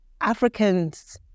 Africans